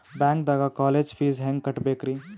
ಬ್ಯಾಂಕ್ದಾಗ college fees ಹೆಂಗ್ ಕಟ್ಟ್ಬೇಕ್ರಿ?